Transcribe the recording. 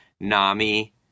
NAMI